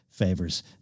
favors